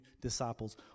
disciples